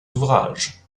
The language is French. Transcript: ouvrages